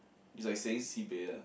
is like saying sibei ah